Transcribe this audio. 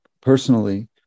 personally